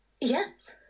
Yes